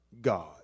God